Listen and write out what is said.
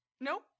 Nope